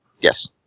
Yes